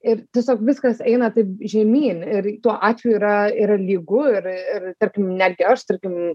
ir tiesiog viskas eina taip žemyn ir tuo atveju yra yra lygu ir ir tarkim netgi aš tarkim